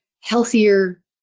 healthier